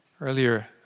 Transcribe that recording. earlier